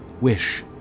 wish